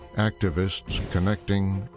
activists connecting,